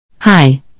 Hi